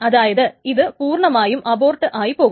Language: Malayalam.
അതായത് ഇത് പൂർണമായും അബോർട്ട് ആയി പോകും